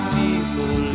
people